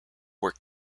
were